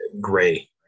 gray